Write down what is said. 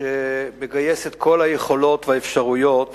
שמגייס את כל היכולות והאפשרויות